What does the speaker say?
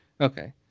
okay